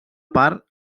part